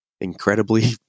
incredibly